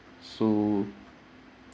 so